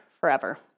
forever